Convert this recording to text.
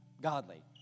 godly